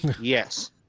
Yes